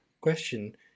question